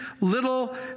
little